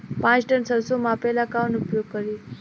पाँच टन सरसो मापे ला का उपयोग करी?